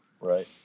Right